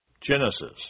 Genesis